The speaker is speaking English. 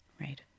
right